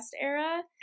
era